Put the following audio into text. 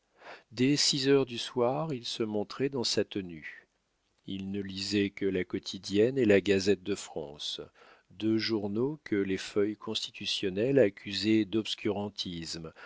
dès six heures du soir il se montrait dans sa tenue il ne lisait que la quotidienne et la gazette de france deux journaux que les feuilles constitutionnelles accusaient d'obscurantisme